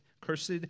Cursed